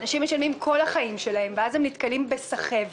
אנשים משלמים כל החיים שלהם, ואז הם נתקלים בסחבת,